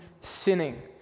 sinning